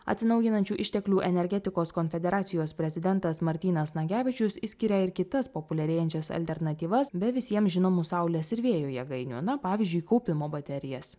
atsinaujinančių išteklių energetikos konfederacijos prezidentas martynas nagevičius išskiria ir kitas populiarėjančias alternatyvas be visiems žinomų saulės ir vėjo jėgainių na pavyzdžiui kaupimo baterijas